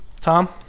Tom